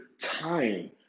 time